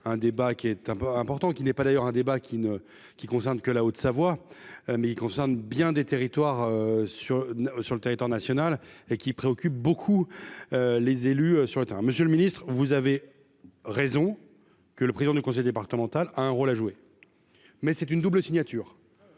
un débat qui est un pas important qui n'est pas d'ailleurs un débat qui ne qui concerne que la Haute-Savoie mais il concerne bien des territoires sur sur le territoire national et qui préoccupe beaucoup les élus sur le terrain, monsieur le Ministre, vous avez raison, que le président du conseil départemental, a un rôle à jouer, mais c'est une double signature.